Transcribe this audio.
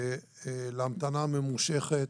להמתנה הממושכת